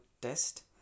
test